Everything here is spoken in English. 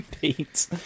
Pete